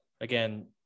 Again